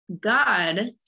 God